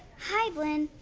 hi, blynn.